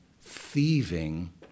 thieving